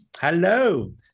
Hello